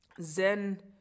zen